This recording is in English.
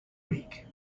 week